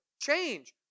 Change